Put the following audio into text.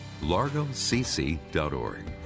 largocc.org